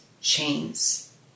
chains